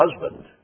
husband